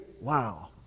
Wow